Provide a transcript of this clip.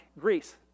Greece